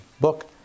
book